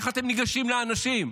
איך אתם ניגשים לאנשים?